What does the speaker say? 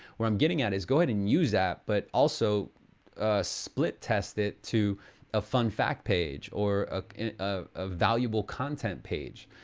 what i'm getting at is go ahead and use that, but also split test it to a fun fact page, or ah ah a valuable content page.